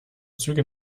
züge